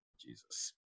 Jesus